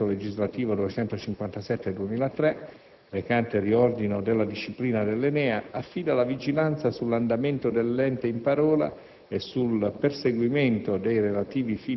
Invero, l'articolo 22 del decreto legislativo n. 257 del 2003, recante riordino della disciplina dell'ENEA, affida la vigilanza sull'andamento dell'ente in parola